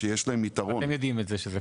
ואתם יודעים את זה.